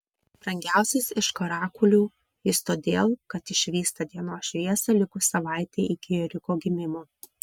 brangiausias iš karakulių jis todėl kad išvysta dienos šviesą likus savaitei iki ėriuko gimimo